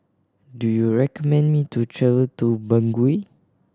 do you recommend me to travel to Bangui